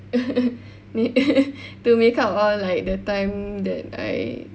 ma~ to make up all like the time that I